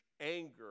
anger